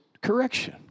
Correction